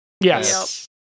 Yes